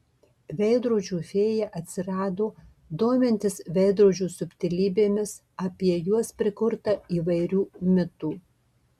veidrodžių fėja atsirado domintis veidrodžių subtilybėmis apie juos prikurta įvairių mitų